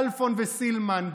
כלפון וסילמן,